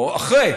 או אחרי,